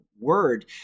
word